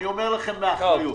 אני אומר לכם באחריות.